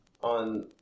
on